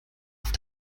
auf